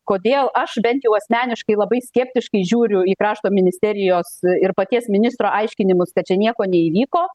kodėl aš bent jau asmeniškai labai skeptiškai žiūriu į krašto ministerijos ir paties ministro aiškinimus kad čia nieko neįvyko